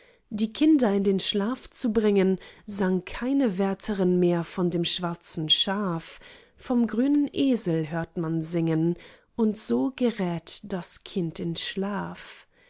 die kinder in den schlaf zu bringen sang keine wärterin mehr von dem schwarzen schaf vom grünen esel hört man singen und so gerät das kind in schlaf